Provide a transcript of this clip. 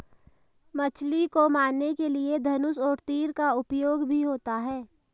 मछली को मारने के लिए धनुष और तीर का उपयोग भी होता है